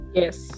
yes